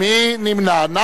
מי נמנע?